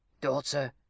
Daughter